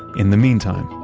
in the meantime,